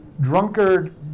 drunkard